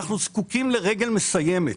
אנחנו זקוקים לרגל מסיימת,